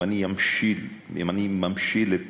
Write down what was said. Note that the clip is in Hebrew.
אם אני ממשיל את